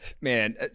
man